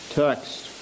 text